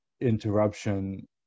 interruption